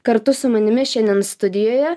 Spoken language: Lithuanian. kartu su manimi šiandien studijoje